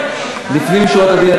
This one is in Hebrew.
לפנים משורת הדין,